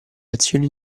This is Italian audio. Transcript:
azioni